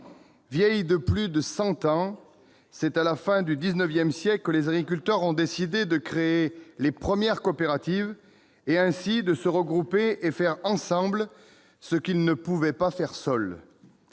vieilles de plus de cent ans : c'est à la fin du XIX siècle que les agriculteurs ont décidé de créer les premières coopératives, et ainsi de se regrouper et de faire ensemble ce qu'ils ne pouvaient pas faire seuls.